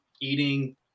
eating